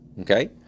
Okay